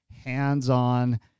hands-on